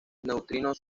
neutrinos